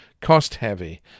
cost-heavy